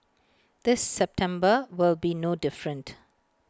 the September will be no different